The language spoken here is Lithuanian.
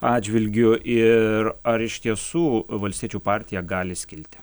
atžvilgiu ir ar iš tiesų valstiečių partija gali skilti